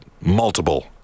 multiple